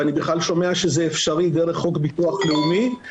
ואני בכלל שומע שזה אפשרי דרך חוק ביטוח לאומי,